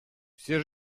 все